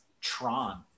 Tron